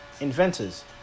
inventors